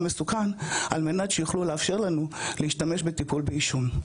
מסוכן על מנת שיוכלו לאפשר לנו להשתמש בטיפול בעישון.